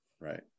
Right